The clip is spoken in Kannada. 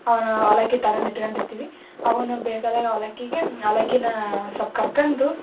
ಅವಾಗ ನಾವು ಅವಲಕ್ಕಿ ತಗೊಂದ್ ಇಟ್ಕೊಂಡಿರ್ತಿವಿ ಅವನ್ನು ಬೇಕಾದಾಗ ಅವಲಕ್ಕಿಗೆ ಅವಲಕ್ಕಿನ ಸ್ವಲ್ಪ್ ಕರ್ಕೊಂದು